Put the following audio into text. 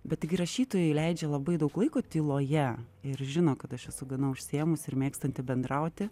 bet tai gi rašytojai leidžia labai daug laiko tyloje ir žino kad aš esu gana užsiėmusi ir mėgstanti bendrauti